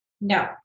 No